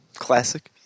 Classic